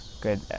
good